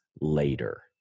later